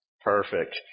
Perfect